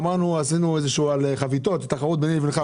ועשינו תחרות ביני ובינך על חביתות.